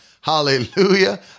hallelujah